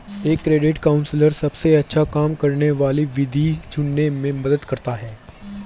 एक credit counsellor सबसे अच्छा काम करने वाली विधि चुनने में मदद करता है